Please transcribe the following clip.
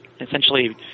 Essentially